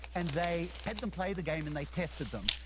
and they had them play the game and they tested them.